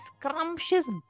scrumptious